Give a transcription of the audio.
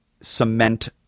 cement